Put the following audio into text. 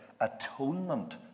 atonement